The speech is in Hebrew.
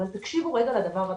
אבל תקשיבו רגע לדבר הבא.